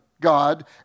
God